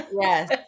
Yes